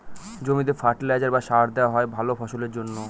জমিতে ফার্টিলাইজার বা সার দেওয়া হয় ভালা ফসলের জন্যে